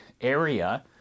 area